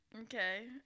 Okay